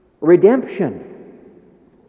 redemption